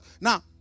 now